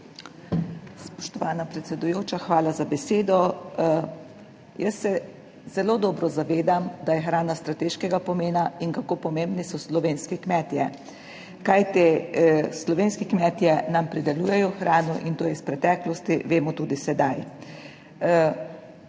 Spoštovana predsedujoča, hvala za besedo. Jaz se zelo dobro zavedam, da je hrana strateškega pomena in kako pomembni so slovenski kmetje, kajti slovenski kmetje nam pridelujejo hrano in to iz preteklosti vemo tudi sedaj.